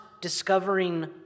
discovering